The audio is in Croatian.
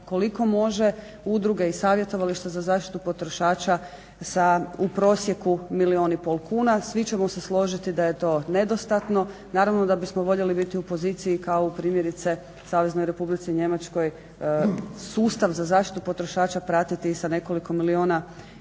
koliko može udruge i Savjetovališta za zaštitu potrošača sa u prosjeku milijun i pol kuna. Svi ćemo se složiti da je to nedostatno. Naravno da bismo voljeli biti u poziciji kao primjerice u Saveznoj Republici Njemačkoj sustav za zaštitu potrošača pratiti sa nekoliko milijuna